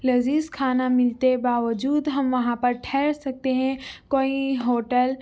لذیذ کھانا ملتے باوجود ہم وہاں پر ٹھہر سکتے ہیں کوئی ہوٹل